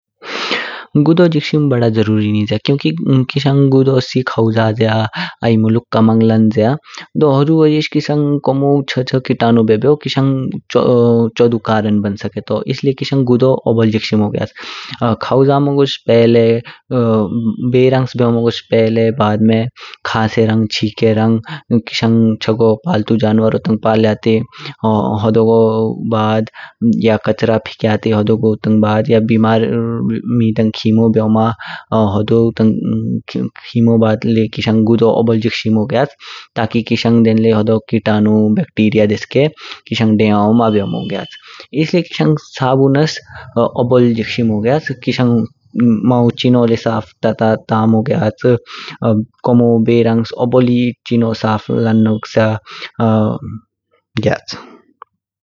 गुडू जिक्शिं बडा जरूरी नित्य क्युकि किशंग गुडू ही ख्वु जा ज्या। आइ मुलुक कमंग लंज्या। दू हुजु वजह किशंग कोमो च्च कितनो बेओबेओ किशंग चोडु कर्न ब्नेन स्केतो, इसलिये किशंग गुडू ओबोल जिक्शिमो ग्याच। ख्वु जमगोच पहले, बेहरंग बेओमोगोस पहले बाद में, खासेरंग, चिकेरंग, किशंग चगो पलतु जनवारो तंग पल्याते होडोगो बाद या फिर कचरा फिक्याते हुडोगतंग बाद या बिमार मी तंग खिमो ब्योमा होडो तंग खिमो बाद ल्ये किशंग गुडू ओबोल जीक्शिमो ग्याच ताकि किशंग देन ल्ये होडो कितानु, बर्च्तिरिआ देस्के किशंग देयौन मा बेओमो ग्याच। इसलिये किशंग साबुनस ओबोल जिक्शिमो ग्याच। किशंग माऊ चिनो ल्ये साफ् टाटा तामो ग्याच, कोमो बेहरंग ओबोल ही चिनो साफ् टाटा तामो ग्याच।